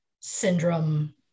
syndrome